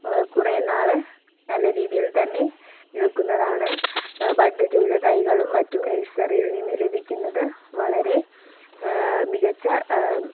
കുറെ നാള് നല്ല രീതിയിൽ തന്നെ നിൽക്കുന്നതാണ് ബഡ് ചെയ്ത തൈകളും മറ്റും നഴ്സറിയിൽ നിന്ന് ലഭിക്കുന്നത് വളരെ മികച്ച